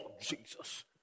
Jesus